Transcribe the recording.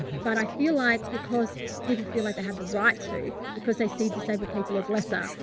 but i feel like because people feel like they have the right to, because they see disabled people as lesser,